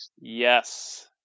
Yes